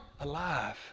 alive